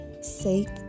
Safe